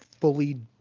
fully